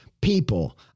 people